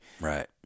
right